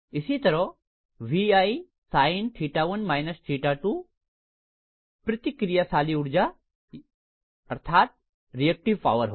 इसी तरह VI sin 1 − 2 प्रतिक्रियाशील ऊर्जा होगी